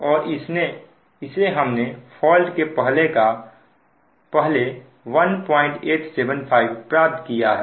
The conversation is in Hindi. और इसे हमने फॉल्ट के पहले 1875 प्राप्त किया है